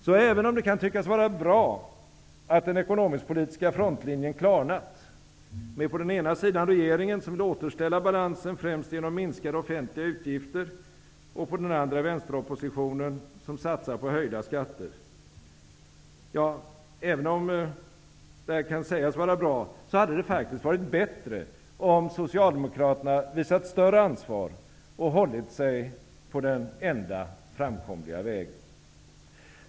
Så även om det kan tyckas vara bra att den ekonomiskpolitiska frontlinjen klarnat -- med på den ena sidan regeringen, som vill återställa balansen främst genom minskade offentliga utgifter, och på den andra vänsteroppositionen, som satsar på höjda skatter -- hade det varit bättre om Socialdemokraterna visat större ansvar och hållit sig på den enda framkomliga vägen.